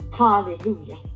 Hallelujah